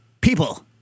People